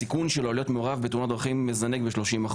הסיכון שלו להיות מעורב בתאונת דרכים מזנק ב-30%,